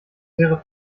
wäre